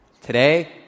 Today